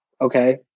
Okay